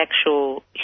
actual